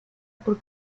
por